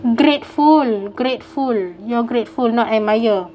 grateful grateful you're grateful not admire